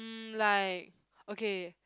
mm like okay